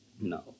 No